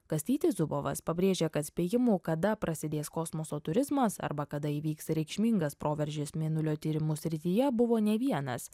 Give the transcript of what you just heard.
kastytis zubovas pabrėžė kad spėjimų kada prasidės kosmoso turizmas arba kada įvyks reikšmingas proveržis mėnulio tyrimų srityje buvo ne vienas